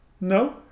No